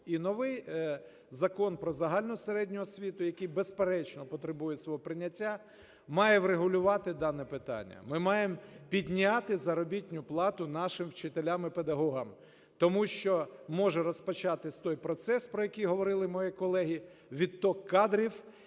І новий Закон "Про загальну середню освіту", який, безперечно, потребує свого прийняття, має врегулювати дане питання. Ми маємо підняти заробітну плату нашим вчителям і педагогам, тому що може розпочатись той процес, про який говорили мої колеги, відтік кадрів